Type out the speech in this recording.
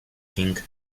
king